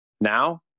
Now